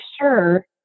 sure